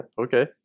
Okay